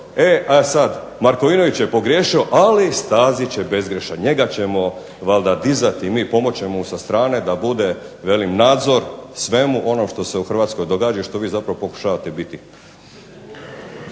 e a sad Markovinović je pogriješio ali Stazić je bezgrešan, njega ćemo valjda dizati mi, pomoći ćemo mu sa strane da bude velim nadzor svemu onom što se u Hrvatskoj događa i što vi zapravo pokušavate biti.